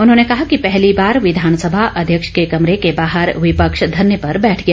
उन्होंने कहा कि पहली बार विधानसभा अध्यक्ष के कमरे के बाहर विपक्ष धरने पर बैठ गया